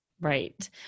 Right